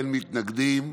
אין מתנגדים,